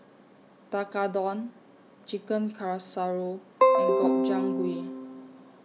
Tekkadon Chicken Casserole and Gobchang Gui